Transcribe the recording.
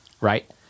Right